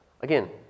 Again